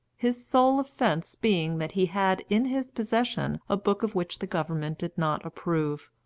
his sole offence being that he had in his possession a book of which the government did not approve,